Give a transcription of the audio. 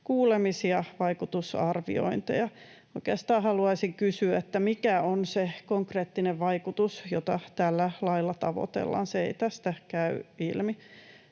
kuulemisia, vaikutusarviointeja. Oikeastaan haluaisin kysyä, mikä on se konkreettinen vaikutus, jota tällä lailla tavoitellaan. Se ei tästä käy ilmi.